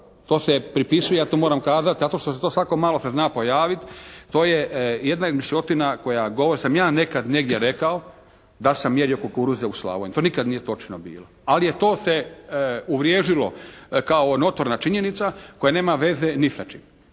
To se pripisuje ja to moram kazati, zato što se to svako malo se zna pojavit, to je jedna izmišljotina koja govori da sam ja nekad negdje rekao da sam mjerio kukuruze u Slavoniji. To nikad nije točno bilo, ali to se uvriježilo kao notorna činjenica koja nema veze ni sa čim